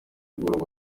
mugoroba